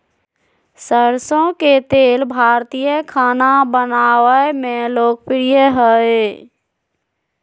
सरसो के तेल भारतीय खाना बनावय मे लोकप्रिय हइ